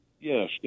Yes